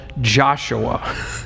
Joshua